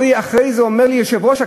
אחרי זה אומר לי יושב-ראש הקלפי,